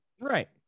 Right